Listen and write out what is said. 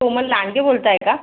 कोमल लांडगे बोलताय का